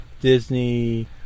Disney